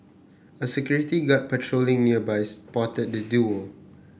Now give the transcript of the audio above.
a security guard patrolling nearby spotted the duo